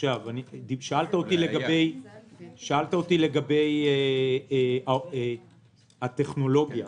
שאלת אותי לגבי הטכנולוגיה.